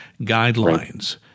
guidelines